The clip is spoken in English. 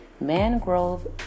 mangrove